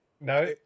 No